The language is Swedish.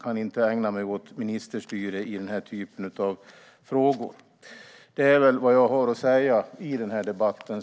kan inte ägna mig åt ministerstyre i den här typen av frågor. Det här är vad jag har att säga i den här debatten.